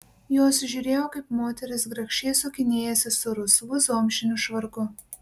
jos žiūrėjo kaip moteris grakščiai sukinėjasi su rusvu zomšiniu švarku